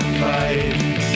fight